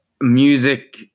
Music